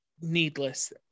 needless